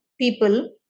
people